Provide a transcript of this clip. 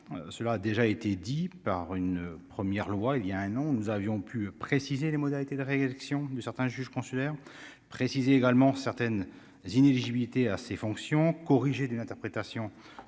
cela a déjà été dit par une première loi il y a un an, nous avions pu préciser les modalités de réélection de certains juges consulaires préciser également certaines inéligibilité à ses fonctions corriger d'une interprétation du